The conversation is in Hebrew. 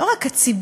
לא רק הציבור,